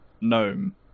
Gnome